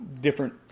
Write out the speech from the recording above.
different